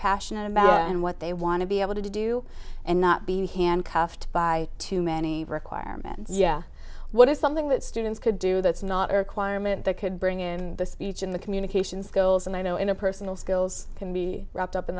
passionate about and what they want to be able to do and not be handcuffed by too many requirements yeah what is something that students could do that's not a requirement that could bring in the speech in the communication skills and i know in a personal skills can be wrapped up in